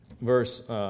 verse